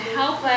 help